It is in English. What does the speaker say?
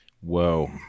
Whoa